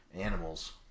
animals